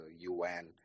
UN